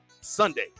Sunday